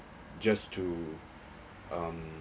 just to um